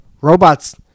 Robots